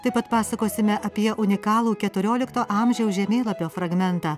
taip pat pasakosime apie unikalų keturiolikto amžiaus žemėlapio fragmentą